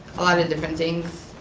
a lot of different things,